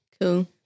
Cool